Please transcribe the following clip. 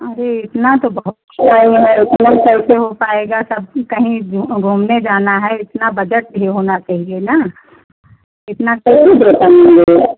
अरे इतना तो बहुत है इतना कैसे हो पाएगा सब कहीं घूमने जाना है इतना बजट भी होना चाहिए ना इतना कैसे दे पाएँगे